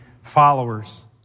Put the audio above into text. followers